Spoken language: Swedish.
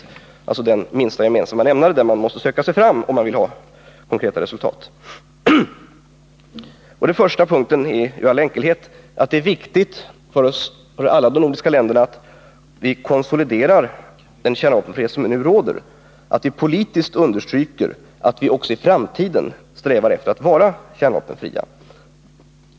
Dessa punkter utgör den minsta gemensamma nämnaren, och det är här som vi måste söka oss fram, om vi vill nå konkreta resultat. Den första punkten är i all enkelhet att det är viktigt för alla de nordiska länderna att vi konsoliderar den kärnvapenfrihet som nu råder, att vi politiskt understryker att vi också i framtiden strävar efter att vara kärnvapenfria.